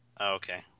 Okay